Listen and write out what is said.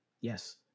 Yes